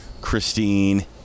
Christine